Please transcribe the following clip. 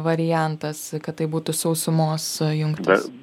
variantas kad tai būtų sausumos jungtis